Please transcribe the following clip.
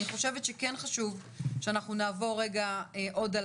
אני חושבת שכן חשוב שאנחנו נעבור רגע עוד על